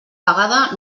pagada